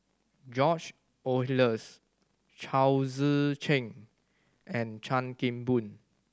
George Oehlers Chao Tzee Cheng and Chan Kim Boon